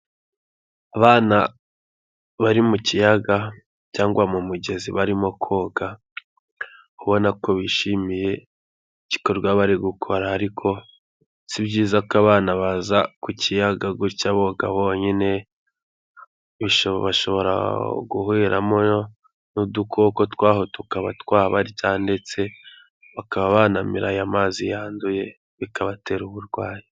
Abana bari mu kiyaga cyangwa mu mugezi barimo koga, ubona ko bishimiye igikorwa bari gukora ariko si byiza ko abana baza ku kiyaga gutya boga bonyine, bashobora guhuriramo n'udukoko twaho tukaba twabarya ndetse bakaba banamira aya mazi yanduye bikabatera uburwayi.